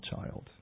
child